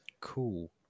Cool